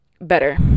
better